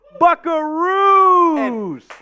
Buckaroos